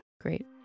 Great